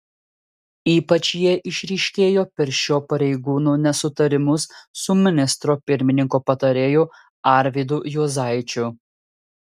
ypač jie išryškėjo per šio pareigūno nesutarimus su ministro pirmininko patarėju arvydu juozaičiu